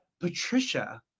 Patricia